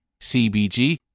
CBG